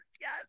yes